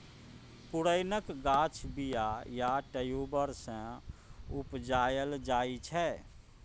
पुरैणक गाछ बीया या ट्युबर सँ उपजाएल जाइ छै